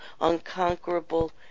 unconquerable